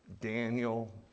Daniel